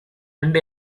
end